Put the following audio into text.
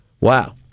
Wow